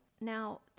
Now